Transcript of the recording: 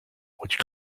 which